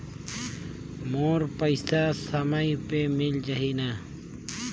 मोर पइसा समय पे मिल जाही न?